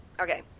okay